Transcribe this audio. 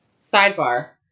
Sidebar